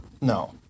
No